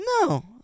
No